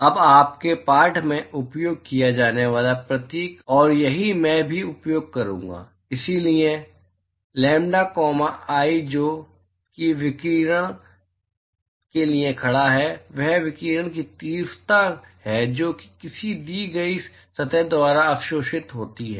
अब आपके पाठ में उपयोग किया जाने वाला प्रतीक और यही मैं भी उपयोग करूंगा इसलिए लैम्ब्डा कॉमा आई जो कि विकिरण के लिए खड़ा है वह विकिरण की तीव्रता है जो किसी दी गई सतह द्वारा अवशोषित होती है